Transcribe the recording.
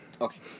Okay